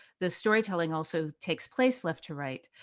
the storytelling also takes place left to right.